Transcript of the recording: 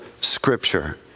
scripture